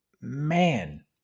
man